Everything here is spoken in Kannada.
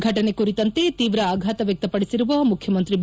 ಫಟನೆ ಕುರಿತಂತೆ ತೀವ್ರ ಆಘಾತ ವ್ಯಕ್ತಪಡಿಸಿರುವ ಮುಖ್ಯಮಂತ್ರಿ ಬಿ